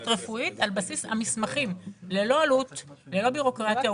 רפואית על בסיס המסמכים וזאת ללא עלות וללא בירוקרטיה.